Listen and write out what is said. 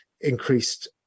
increased